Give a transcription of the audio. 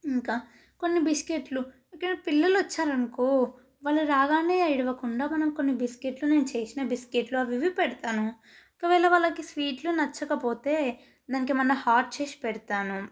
ఇంకా కొన్ని బిస్కెట్లు ఇక పిల్లలు వచ్చారు అనుకో వాళ్ళు రాగానే ఏడవకుండా మనం కొన్ని బిస్కెట్లు నేను చేసిన బిస్కెట్లు అవి ఇవి పెడతాను ఒకవేళ వాళ్ళకి స్వీట్లు నచ్చకపోతే దానికి ఏమన్నా హాట్ చేసిపెడతాను